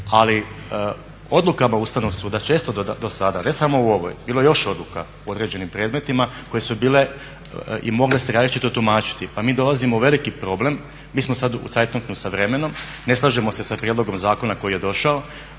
Ali odlukama Ustavnog suda, često dosada ne samo u ovoj, bilo je još odluka u određenim predmetima, koje su bile i mogle se različito tumačiti. Pa mi dolazimo u veliki problem, mi smo sad u cajtnotu sa vremenom, ne slažemo se sa prijedlogom zakona koji je došao.